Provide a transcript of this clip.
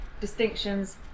distinctions